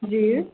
जी